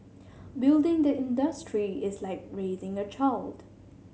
building the industry is like raising a child